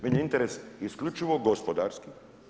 Meni je interes isključivo gospodarski.